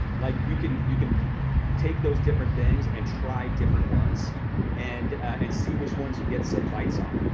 like you can you can take those different things and try different ones and and see which ones you get some bites on.